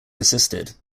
persisted